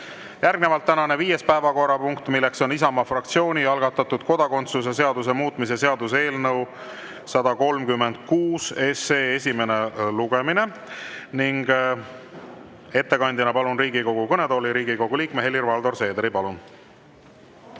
Järgnevalt tänane viies päevakorrapunkt. Isamaa fraktsiooni algatatud kodakondsuse seaduse muutmise seaduse eelnõu 136 esimene lugemine. Ettekandeks palun Riigikogu kõnetooli Riigikogu liikme Helir-Valdor Seederi. Palun!